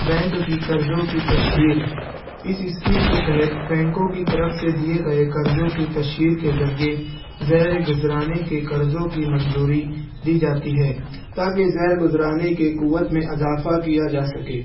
bank کی قرضوں کی تشہیر اس اسکیم کے تحت بینکوں کی طرف سے دیے گیے قرضوں کی تشہیر کے ذریعے زیر گزرانے کے قرضوں کی منظوری دی جاتی ہے تاکہ زیر گزرانے کے قوت میں اضافہ کیا جا سکے